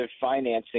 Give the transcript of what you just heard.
financing